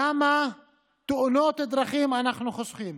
כמה תאונות דרכים אנחנו חוסכים,